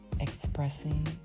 Expressing